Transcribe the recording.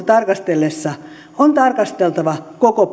tarkasteltaessa on tarkasteltava koko